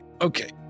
okay